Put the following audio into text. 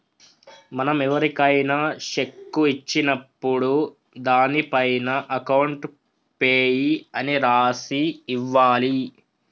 మనం ఎవరికైనా శెక్కు ఇచ్చినప్పుడు దానిపైన అకౌంట్ పేయీ అని రాసి ఇవ్వాలి